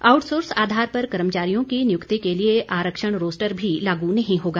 outsource आधार पर कर्मचारियों की नियुक्ति के लिए आरक्षण रोस्टर भी लागू नहीं होगा